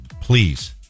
Please